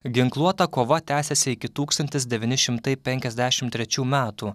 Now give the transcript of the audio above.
ginkluota kova tęsėsi iki tūkstantis devyni šimtai penkiasdešimt trečių metų